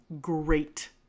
Great